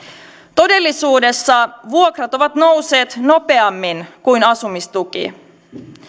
todellisuudessa vuokrat ovat nousseet nopeammin kuin asumistuki